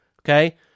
Okay